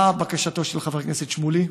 מה בקשתו של חבר הכנסת שמולי?